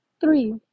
Three